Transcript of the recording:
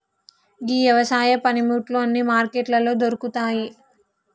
గీ యవసాయ పనిముట్లు అన్నీ మార్కెట్లలో దొరుకుతాయి